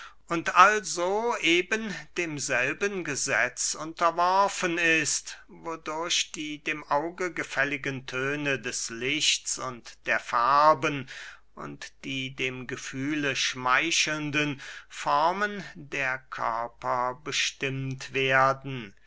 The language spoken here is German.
also eben demselben gesetz unterworfen ist wodurch die dem auge gefälligen töne des lichts und der farben und die dem gefühle schmeichelnden formen der körper bestimmt werden